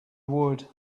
would